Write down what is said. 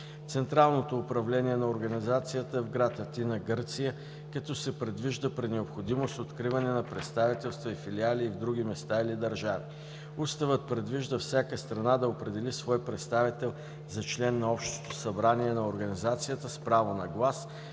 Централното управление на Организацията е в гр. Атина (Гърция), като се предвижда при необходимост откриване на представителства и филиали и в други места или държави. Уставът предвижда всяка страна да определи свой представител за член на Общото събрание на Организацията с право на глас,